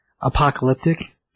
apocalyptic